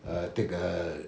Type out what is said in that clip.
err take a